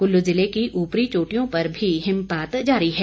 कुल्लू ज़िले की ऊपरी चोटियों पर भी हिमपात जारी है